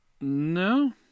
No